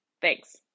Thanks